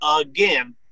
again